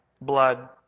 blood